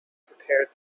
prepared